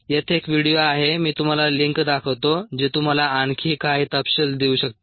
येथे एक व्हिडिओ आहे मी तुम्हाला लिंक दाखवतो जे तुम्हाला आणखी काही तपशील देऊ शकते